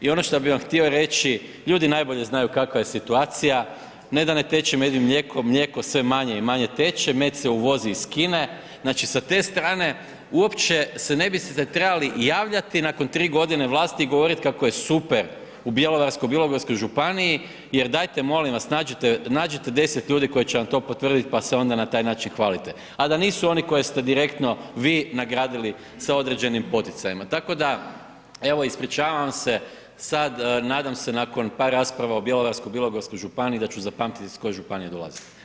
I ono što bih vam htio reći, ljudi najbolje znaju kakva je situacija, ne da ne teče med i mlijeko, mlijeko sve manje i manje teče, med se uvozi iz Kine, znači sa te strane uopće se ne bi trebali javljati nakon 3 godina vlasti i govoriti kako je super u Bjelovarsko-bilogorskoj županiji jer dajte molim vas, nađite 10 ljudi koji će vam to potvrditi pa se onda na taj način hvalite, a da nisu oni koji ste direktno vi nagradili sa određenim poticajima, tako da, evo, ispričavam se sad, nadam se nakon par rasprava o Bjelovarsko-bilogorskoj županiji, da ću zapamtiti iz koje županije dolazite.